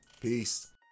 peace